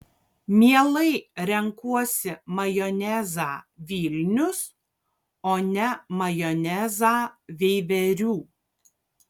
mielai renkuosi majonezą vilnius o ne majonezą veiverių